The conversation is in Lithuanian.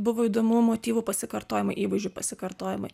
buvo įdomu motyvų pasikartojimai įvaizdžių pasikartojimai